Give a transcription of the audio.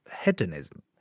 Hedonism